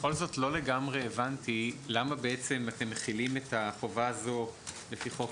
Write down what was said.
בכל זאת לא לגמרי הבנתי למה בעצם אתם מחילים את החובה הזאת לפי חוק